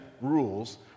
rules